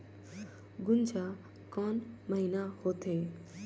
गुनजा कोन महीना होथे?